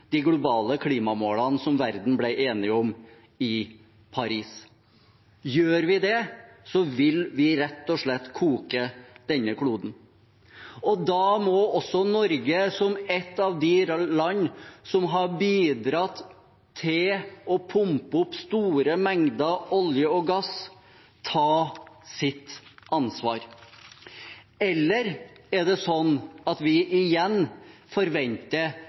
de globale klimamålene som verden ble enig om i Paris. Gjør vi det, vil vi rett og slett koke denne kloden. Da må også Norge, som ett av de landene som har bidratt til å pumpe opp store mengder olje og gass, ta sitt ansvar. Eller forventer vi igjen at